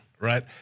right